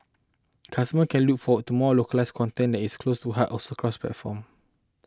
customers can look forward to more localised content that is close to hearts also across platforms